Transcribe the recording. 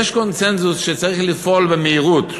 יש קונסנזוס שצריך לפעול במהירות,